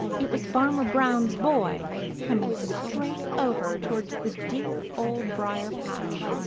it was farmer brown's boy coming straight over towards the dear old briar-patch.